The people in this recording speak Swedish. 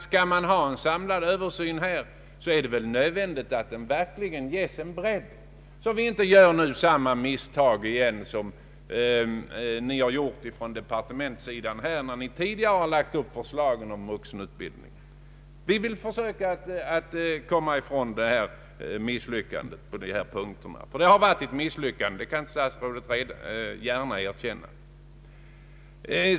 Skall man ha en samlad översyn är det nödvändigt att den verkligen ges bredd, så att vi inte gör samma misstag som ni har gjort från departementssidan när ni tidigare har lagt fram förslag om vuxenutbildningen. Vi vill försöka komma ifrån ett sådant misslyckande på dessa punkter — det har varit ett misslyckande, det kan statsrådet gärna erkänna!